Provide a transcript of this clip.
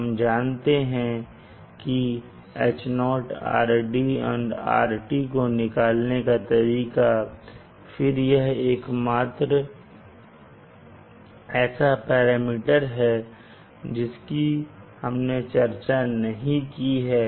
हम जानते हैं कि H0RDrT को निकालने का तरीका फिर यह एकमात्र ऐसा पैरामीटर है जिसकी हमने चर्चा नहीं की है